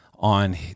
on